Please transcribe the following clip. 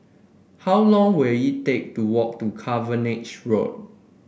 how long will it take to walk to Cavenagh Road